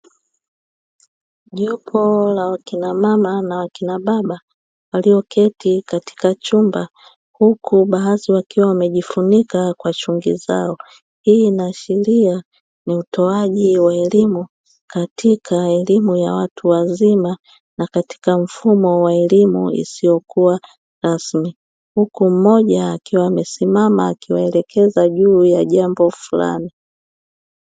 Jopo la wakina mama na wakina baba walioketi katika chumba huku baadhi wakiwa wamejifunika kwa shungi zao, hii inaashiria ni utoaji wa elimu katika elimu ya watu wazima na katika mfumo wa elimu isiyokuwa rasmi, huku mmoja akiwa amesimama akiwaelekeza juu ya jambo fulani.